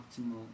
optimal